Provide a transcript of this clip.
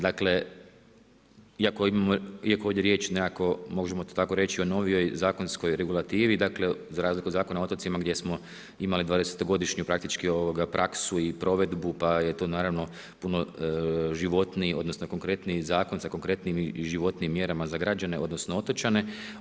Dakle iako imamo, iako je ovdje riječ nekako, možemo to tako reći o novijoj zakonskoj regulativi dakle za razliku od Zakona o otocima gdje smo imali 20 godišnju praktički praksu i provedbu pa je to naravno puno životniji odnosno konkretniji zakon sa konkretnijim i životnijim mjerama za građane, odnosno otočane.